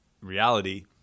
reality